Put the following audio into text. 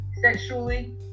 sexually